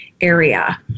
area